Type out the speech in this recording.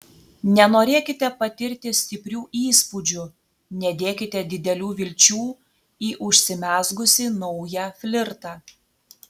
nenorėkite patirti stiprių įspūdžių nedėkite didelių vilčių į užsimezgusį naują flirtą